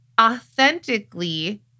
authentically